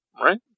right